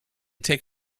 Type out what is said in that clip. take